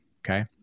okay